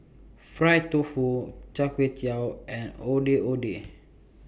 Fried Tofu Char Kway Teow and Ondeh Ondeh